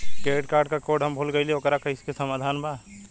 Credit card क code हम भूल गइली ओकर कोई समाधान बा?